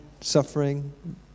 suffering